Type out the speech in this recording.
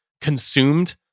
consumed